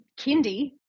kindy